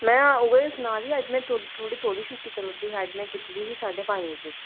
में उ'ऐ ते सनाऽ नी अज्ज में थोह्ड़ी तौली छुट्टी करी ओड़ी दी ही अज्ज में कीती दी ही साड्ढे पंज बजे